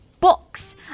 books